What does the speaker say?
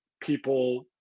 people